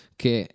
che